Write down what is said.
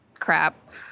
crap